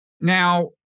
Now